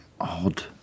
odd